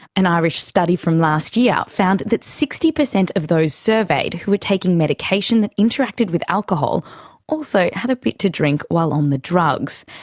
an irish study from last year found that sixty percent of those surveyed who were taking medication that interacted with alcohol also had a bit to drink while on the drugs.